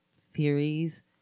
theories